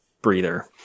breather